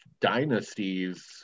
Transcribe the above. dynasties